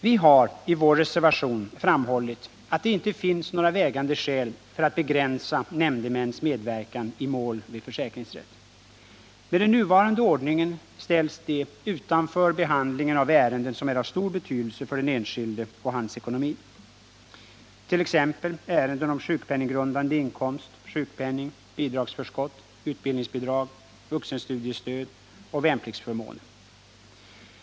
Vi har i vår reservation framhållit att det inte finns några vägande skäl för att begränsa nämndemäns medverkan i mål vid försäkringsrätt. Med den nuvarande ordningen ställs de utanför behandlingen av ärenden som är av stor betydelse för den enskilde och hans ekonomi, t.ex. ärenden om sjukpenninggrundande inkomst, sjukpenning, bidragsförskott, utbildningsbidrag, vuxenstudiestöd och värnpliktsförmåner.